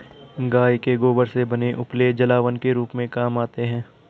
गाय के गोबर से बने उपले जलावन के रूप में काम आते हैं